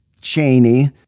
Cheney